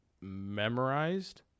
memorized